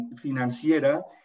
financiera